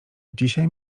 dzisiaj